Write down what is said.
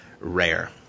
rare